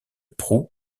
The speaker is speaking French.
proue